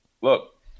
look